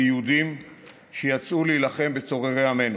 כיהודים שיצאו להילחם בצוררי עמנו.